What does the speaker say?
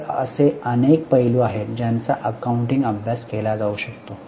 तर असे अनेक पैलू आहेत ज्यांचा अकाउंटिंग अभ्यास केला जाऊ शकतो